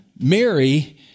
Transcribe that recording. Mary